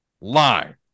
lie